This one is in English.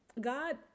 God